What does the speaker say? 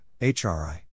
HRI